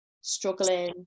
struggling